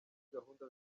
gahunda